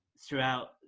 throughout